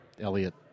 Elliot